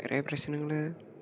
വേറേ പ്രശ്നങ്ങള്